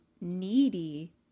Needy